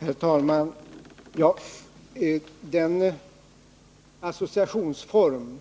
Herr talman! Jag kan utan vidare fastslå att associationsformen